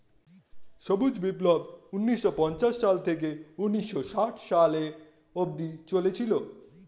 সবুজ বিপ্লব ঊন্নিশো পঞ্চাশ সাল থেকে ঊন্নিশো ষাট সালে অব্দি চলেছিল